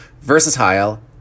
versatile